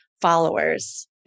followers